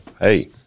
hey